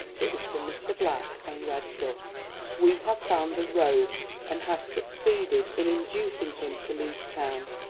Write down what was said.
it was from mr. black and read thus we have found the rogue and have succeeded in inducing him to leave town.